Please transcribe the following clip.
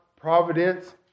providence